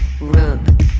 rub